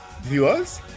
viewers